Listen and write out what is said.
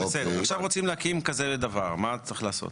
רוצים עכשיו להקים כזה דבר, מה צריך לעשות?